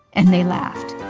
and they laughed.